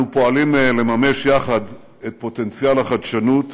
אנחנו פועלים לממש יחד את פוטנציאל החדשנות